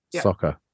Soccer